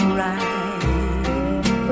right